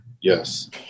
Yes